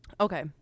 Okay